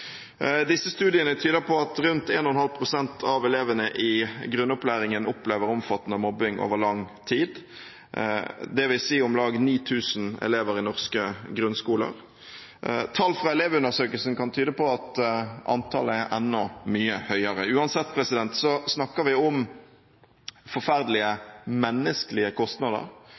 Disse studiene tyder på at rundt 1,5 pst. av elevene i grunnopplæringen opplever omfattende mobbing over lang tid, dvs. om lag 9 000 elever i norske grunnskoler. Tall fra elevundersøkelsen kan tyde på at antallet er enda mye høyere. Uansett snakker vi om forferdelige menneskelige kostnader.